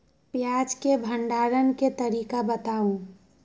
प्याज के भंडारण के तरीका बताऊ?